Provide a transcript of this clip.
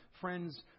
Friends